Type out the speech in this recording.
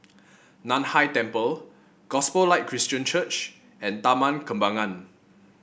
Nan Hai Temple Gospel Light Christian Church and Taman Kembangan